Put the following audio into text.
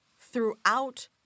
throughout